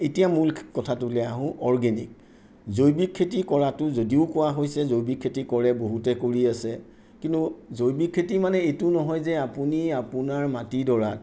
এতিয়া মূল কথাটোলৈ আহোঁ অৰ্গেনিক জৈৱিক খেতি কৰাতো যদিও কোৱা হৈছে জৈৱিক খেতি কৰে বহুতে কৰি আছে কিন্তু জৈৱিক খেতি মানে এইটো নহয় যে আপুনি আপোনাৰ মাটিডৰাত